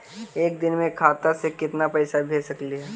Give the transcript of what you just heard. एक दिन में खाता से केतना पैसा भेज सकली हे?